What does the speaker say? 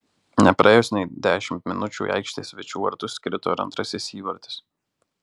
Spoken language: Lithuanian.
nepraėjus nei dešimt minučių į aikštės svečių vartus krito ir antrasis įvartis